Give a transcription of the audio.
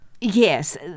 Yes